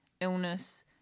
illness